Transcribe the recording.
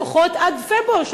לפחות עד פברואר.